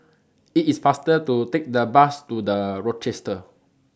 IT IS faster to Take The Bus to The Rochester